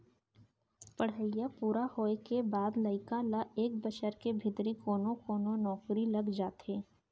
पड़हई पूरा होए के बाद लइका ल एक बछर के भीतरी कोनो कोनो नउकरी लग जाथे